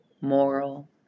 moral